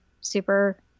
super